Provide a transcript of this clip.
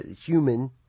human